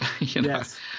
Yes